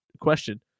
question